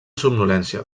somnolència